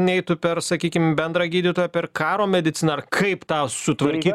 neitų per sakykim bendrą gydytoją per karo mediciną kaip tą sutvarkyt